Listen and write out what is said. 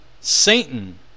Satan